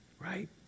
Right